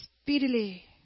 speedily